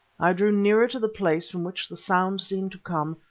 i drew nearer to the place from which the sound seemed to come,